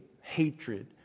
hatred